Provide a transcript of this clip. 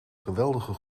geweldige